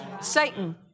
Satan